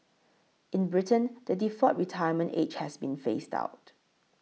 in Britain the default retirement age has been phased out